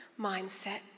mindset